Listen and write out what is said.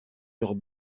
leurs